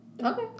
Okay